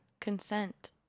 consent